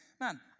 man